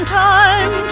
time